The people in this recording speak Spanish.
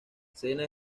sena